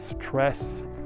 stress